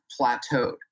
plateaued